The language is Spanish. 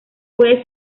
puede